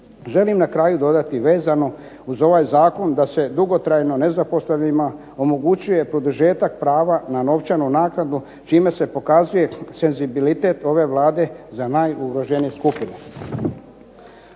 Želim na kraju dodati vezano uz ovaj zakon da se dugotrajno nezaposlenima omogućuje produžetak prava na novčanu naknadu čime se pokazuje senzibilitet ove Vlade za najugroženije skupine.